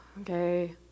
okay